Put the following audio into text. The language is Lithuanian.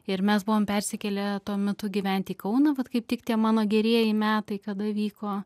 ir mes buvom persikėlę tuo metu gyventi į kauną vat kaip tik tie mano gerieji metai kada vyko